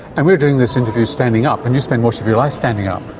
and we're doing this interview standing up. and you spend most of your life standing up.